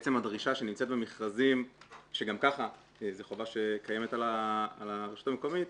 לעצם הדרישה שנמצאת במכרזים שגם ככה זו חובה שקיימת על הרשות המקומית,